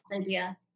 idea